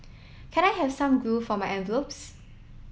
can I have some glue for my envelopes